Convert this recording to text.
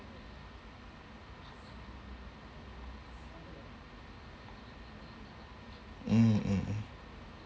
mm mm mm